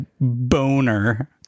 boner